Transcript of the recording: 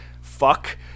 Fuck